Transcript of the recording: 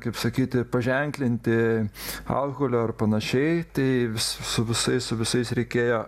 kaip sakyti paženklinti alkoholio ar panašiai tai su visais su visais reikėjo